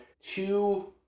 Two